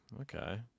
Okay